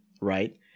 right